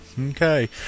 Okay